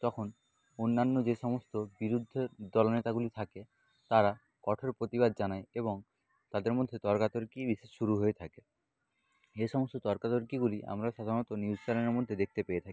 তখন অন্যান্য যে সমস্ত বিরুদ্ধে দলনেতাগুলি থাকে তারা কঠোর প্রতিবাদ জানায় এবং তাদের মধ্যে তর্কা তর্কিই বেশি শুরু হয়ে থাকে এ সমস্ত তর্কা তর্কিগুলি আমরা সাধারণত নিউজ চ্যানেলের মধ্যে দেখতে পেয়ে থাকি